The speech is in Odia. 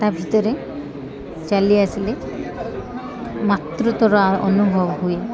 ତା' ଭିତରେ ଚାଲି ଆସିଲେ ମାତୃତ୍ୱର ଅନୁଭବ ହୁଏ